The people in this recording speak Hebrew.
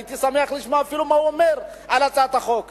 הייתי שמח לשמוע אפילו מה הוא אומר על הצעת החוק.